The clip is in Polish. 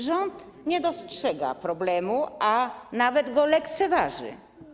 Rząd nie dostrzega problemu, a nawet go lekceważy.